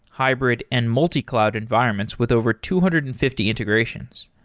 hybrid and multi-cloud environments with over two hundred and fifty integrations.